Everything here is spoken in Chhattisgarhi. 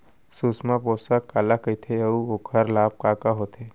सुषमा पोसक काला कइथे अऊ ओखर लाभ का का होथे?